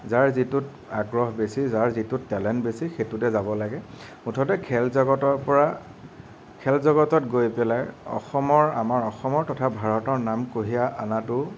যাৰ যিটোত আগ্ৰহ বেছি যাৰ যিটোত টেলেন্ট বেছি সেইটোতে যাব লাগে মুঠতে খেল জগতৰপৰা খেল জগতত গৈ পেলাই অসমৰ আমাৰ অসমৰ তথা ভাৰতৰ নাম কঢ়িয়াই অনাতো